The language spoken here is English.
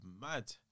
mad